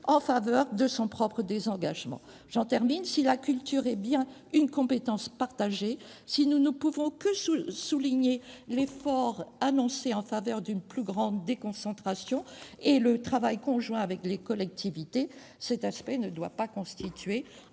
en vertu de son propre désengagement. Si la culture est bien une compétence partagée, si nous ne pouvons que saluer l'effort annoncé en faveur d'une plus large déconcentration, ainsi que le travail conjoint avec les collectivités, cet aspect ne doit pas constituer